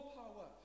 power